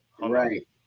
right